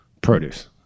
produce